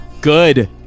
Good